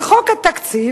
אל חוק התקציב,